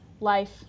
life